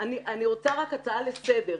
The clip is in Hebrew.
אני רוצה רק הצעה לסדר.